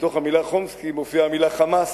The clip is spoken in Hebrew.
בתוך המלה חומסקי מופיעה המלה חמס,